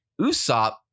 Usopp